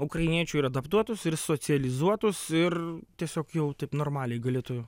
ukrainiečių ir adaptuotųsi ir socializuotųs ir tiesiog jau taip normaliai galėtų